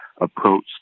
approach